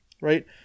right